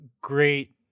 great